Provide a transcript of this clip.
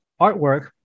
artwork